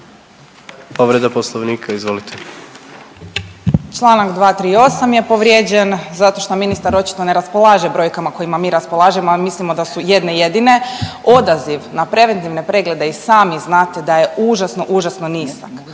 Povreda poslovnika izvolite. **Radolović, Sanja (SDP)** Čl. 238. je povrijeđen zato šta ministar očito ne raspolaže brojkama kojima mi raspolažemo, a mislimo da su jedne jedine. Odaziv na preventivne preglede i sami znate da je užasno užasno nizak,